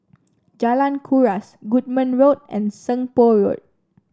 Jalan Kuras Goodman Road and Seng Poh Road